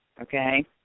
okay